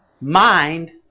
mind